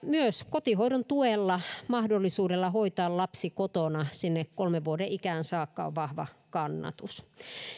myös kotihoidon tuella mahdollisuudella hoitaa lapsi kotona sinne kolmen vuoden ikään saakka on vahva kannatus